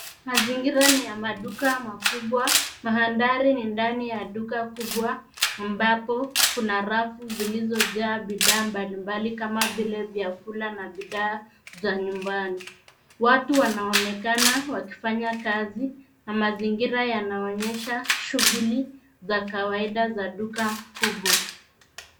Mazingira ni ya maduka makubwa. Mandhari ni ndani ya duka kubwa ambapo kuna rafu zilizojaa bidhaa mbalimbali kama vile vyakula na bidhaa za nyumbani. Watu wanaonekana wakifanya kazi na mazingira yanaonyesha shughuli za kawaida za duka kubwa.